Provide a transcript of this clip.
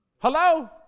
Hello